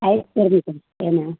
ice சர்வீஸா ஆ ma'am